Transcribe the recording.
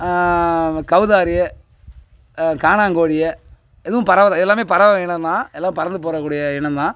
கௌதாரி கானாங்கோழி இதுவும் பறவை தான் எல்லாமே பறவை இனம் தான் எல்லாம் பறந்து போகக்கூடிய இனம்தான்